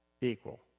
equal